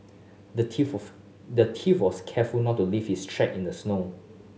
the thief the thief was careful not to leave his track in the snow